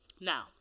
now